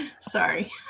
sorry